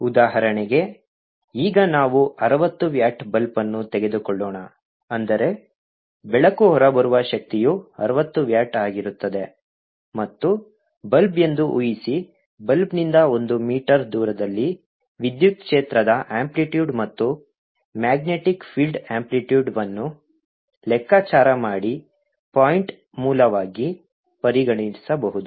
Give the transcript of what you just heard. ಉದಾಹರಣೆಗೆ ಈಗ ನಾವು ಅರವತ್ತು ವ್ಯಾಟ್ ಬಲ್ಬ್ ಅನ್ನು ತೆಗೆದುಕೊಳ್ಳೋಣ ಅಂದರೆ ಬೆಳಕು ಹೊರಬರುವ ಶಕ್ತಿಯು ಅರವತ್ತು ವ್ಯಾಟ್ ಆಗಿರುತ್ತದೆ ಮತ್ತು ಬಲ್ಬ್ ಎಂದು ಊಹಿಸಿ ಬಲ್ಬ್ನಿಂದ ಒಂದು ಮೀಟರ್ ದೂರದಲ್ಲಿ ವಿದ್ಯುತ್ ಕ್ಷೇತ್ರದ ಅಂಪ್ಲಿಟ್ಯೂಡ್ ಮತ್ತು ಮ್ಯಾಗ್ನೆಟಿಕ್ ಫೀಲ್ಡ್ ಅಂಪ್ಲಿಟ್ಯೂಡ್ವನ್ನು ಲೆಕ್ಕಾಚಾರ ಮಾಡಿ ಪಾಯಿಂಟ್ ಮೂಲವಾಗಿ ಪರಿಗಣಿಸಬಹುದು